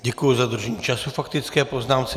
Děkuji za dodržení času k faktické poznámce.